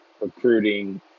recruiting